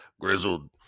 grizzled